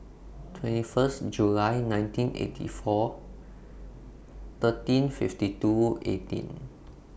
twenty First July nineteen eighty four thirteen fifty two eighteen